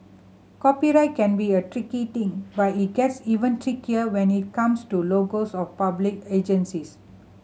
copyright can be a tricky thing but it gets even trickier when it comes to logos of public agencies